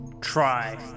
try